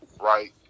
right